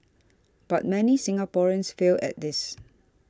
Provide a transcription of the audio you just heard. but many Singaporeans fail at this